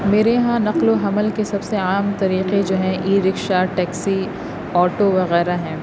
میرے یہاں نقل و حمل کے سب سے عام طریقے جو ہیں ای رکشا ٹیکسی آٹو وغیرہ ہیں